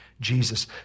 Jesus